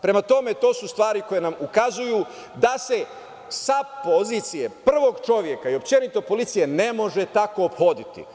Prema tome, to su stvari koje nam ukazuju da se sa pozicije prvog čoveka i uopšte policije ne može tako ophoditi.